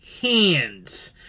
hands